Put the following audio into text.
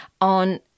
on